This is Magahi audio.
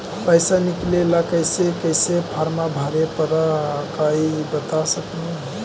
पैसा निकले ला कैसे कैसे फॉर्मा भरे परो हकाई बता सकनुह?